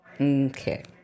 Okay